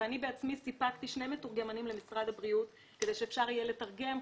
אני בעצמי סיפקתי שני מתורגמנים למשרד הבריאות כדי שאפשר יהיה לתרגם,